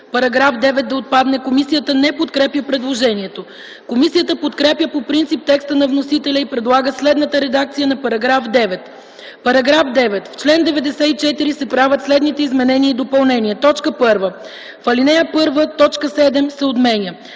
-§ 9 да отпадне. Комисията не подкрепя предложението. Комисията подкрепя по принцип текста на вносителя и предлага следната редакция на § 9: „§ 9. В чл. 94 се правят следните изменения и допълнения: 1. В ал. 1 т. 7 се отменя.